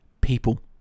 People